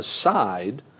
aside